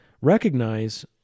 Recognize